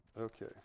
Okay